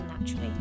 naturally